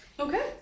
Okay